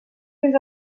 fins